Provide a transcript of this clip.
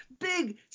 Big